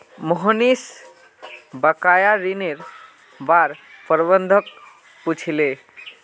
मोहनीश बकाया ऋनेर बार प्रबंधक पूछले